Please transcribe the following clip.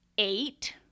Eight